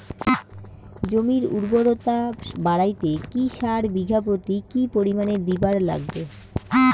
জমির উর্বরতা বাড়াইতে কি সার বিঘা প্রতি কি পরিমাণে দিবার লাগবে?